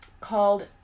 called